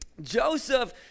Joseph